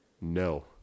No